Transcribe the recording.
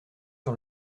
sur